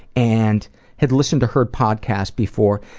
and had listened to her podcast before,